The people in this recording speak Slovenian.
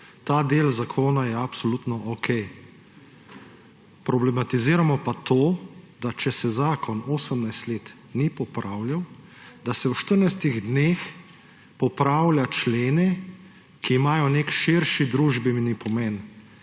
Ta del zakona je absolutno okej. Problematiziramo pa to, če se zakon 18 let ni popravljal, da se v 14 dneh popravlja člene, ki imajo nek širši družbeni pomen.